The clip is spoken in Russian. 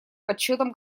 подсчётом